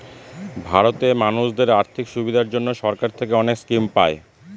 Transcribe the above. ভারতে মানুষদের আর্থিক সুবিধার জন্য সরকার থেকে অনেক স্কিম পায়